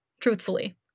truthfully